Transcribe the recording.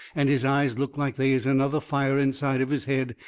and his eyes looks like they is another fire inside of his head,